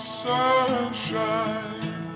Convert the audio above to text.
sunshine